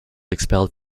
expelled